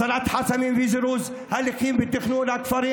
הסרת חסמים וזירוז הליכים בתכנון הכפרים